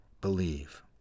believe